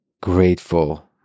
grateful